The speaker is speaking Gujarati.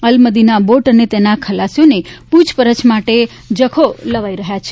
અલમદિના બોટ અને તેના ખલાસીઓને પૃછપરછ માટે જખૌ લવાઇ રહ્યાં છે